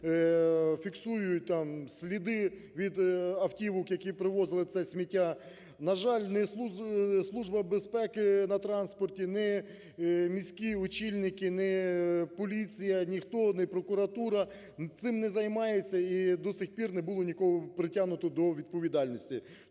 фіксують там сліди від автівок, які привозили це сміття. На жаль, ні Служба безпеки на транспорті, ні міські очільники, ні поліція, ніхто, ні прокуратура цим не займається. І до сих пір не було нікого притягнуто до відповідальності.